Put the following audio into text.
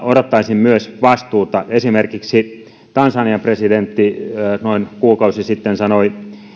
odottaisin myös vastuuta esimerkiksi tansanian presidentti noin kuukausi sitten sanoi